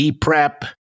prep